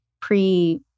pre